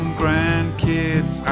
grandkids